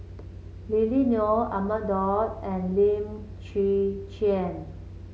Lily Neo Ahmad Daud and Lim Chwee Chian